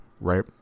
right